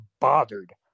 bothered